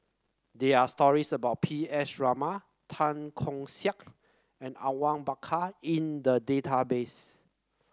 there are stories about P S Raman Tan Keong Saik and Awang Bakar in the database